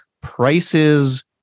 prices